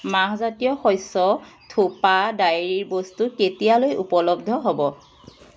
মাহজাতীয় শস্য থোপা ডায়েৰীৰ বস্তু কেতিয়ালৈ উপলব্ধ হ'ব